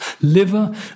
liver